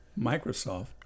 Microsoft